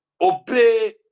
obey